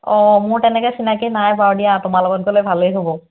অ মোৰ তেনেকৈ চিনাকি নাই বাৰু দিয়া তোমাৰ লগত গ'লে ভালেই হ'ব